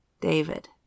David